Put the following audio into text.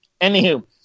Anywho